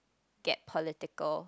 get political